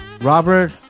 Robert